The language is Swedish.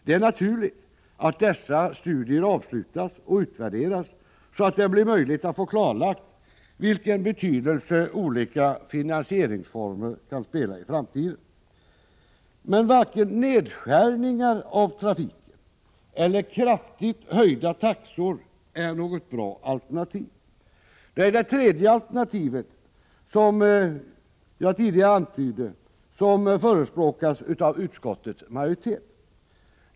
Det är naturligt att dessa studier avslutas och utvärderas, så att det blir möjligt att få klarlagt vilken betydelse olika finansieringsformer kan ha i framtiden. Men varken nedskärningar av trafiken eller kraftigt höjda taxor är något bra alternativ. Det är det tredje alternativet, som jag tidigare antydde, som förespråkas av utskottets majoritet.